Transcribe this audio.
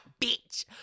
bitch